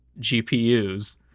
GPUs